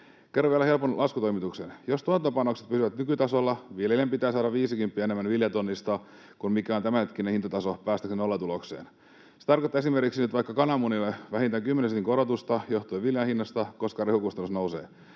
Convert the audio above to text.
Kerron vielä helpon laskutoimituksen: jos tuotantopanokset pysyvät nykytasolla, viljelijän pitää saada viisikymppiä enemmän viljatonnista kuin mikä on tämänhetkinen hintataso päästäkseen nollatulokseen. Se tarkoittaa esimerkiksi nyt vaikka kananmunille vähintään kymmenen sentin korotusta johtuen viljanhinnasta, koska rehukustannus nousee.